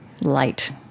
light